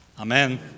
Amen